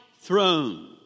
throne